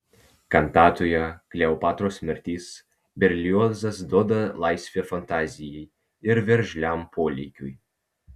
kantatoje kleopatros mirtis berliozas duoda laisvę fantazijai ir veržliam polėkiui